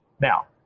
Now